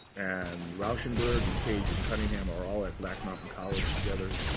and rauschenberg and cage and cunningham are all at black mountain college together.